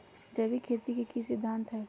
जैविक खेती के की सिद्धांत हैय?